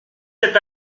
sept